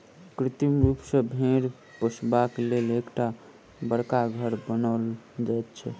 कृत्रिम रूप सॅ भेंड़ पोसबाक लेल एकटा बड़का घर बनाओल जाइत छै